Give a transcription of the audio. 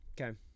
Okay